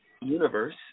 universe